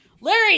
Larry